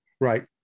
right